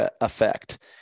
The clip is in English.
effect